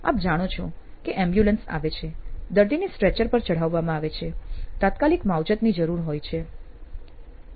આપ જાણો છો કે એમ્બ્યુલન્સ આવે છે દર્દીને સ્ટ્રેચર પર ચઢાવવામાં આવે છે તાત્કાલિક માવજતની જરૂર હોય છે